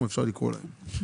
אפשר לקרוא להם.